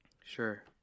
Sure